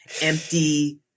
empty